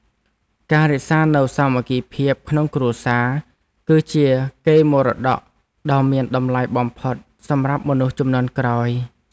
ការរក្សានូវសាមគ្គីភាពក្នុងគ្រួសារ គឺជាកេរមរតកដ៏មានតម្លៃបំផុតសម្រាប់មនុស្សជំនាន់ក្រោយ។